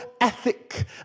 ethic